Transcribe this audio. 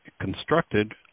constructed